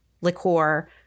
liqueur